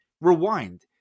Rewind